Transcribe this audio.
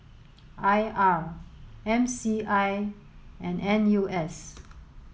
I R M C I and N U S